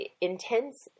intense